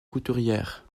couturière